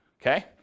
Okay